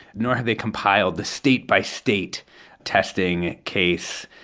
nor have they compiled the state-by-state testing, case,